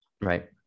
right